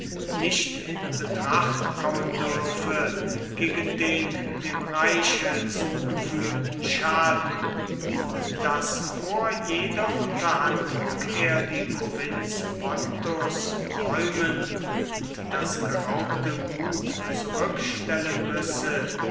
nicht in betracht kommen dürfe gegen den dem reiche zugefügten schaden und daß vor jeder unterhandlung er die provinz pontus räumen und das geraubte gut zurückstellen müsse